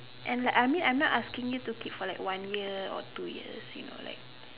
and I like I mean I'm not asking you to keep for like one year two years you know like